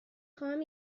خواهم